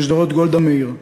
בשדרות גולדה מאיר,